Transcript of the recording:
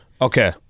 Okay